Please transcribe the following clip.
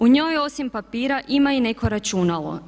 U njoj osim papira ima i neko računalo.